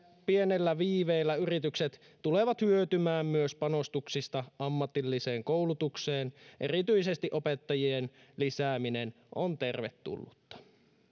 pienellä viiveellä yritykset tulevat hyötymään myös panostuksista ammatilliseen koulutukseen erityisesti opettajien lisääminen on tervetullutta